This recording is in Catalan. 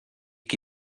qui